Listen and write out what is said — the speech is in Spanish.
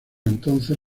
entonces